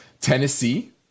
Tennessee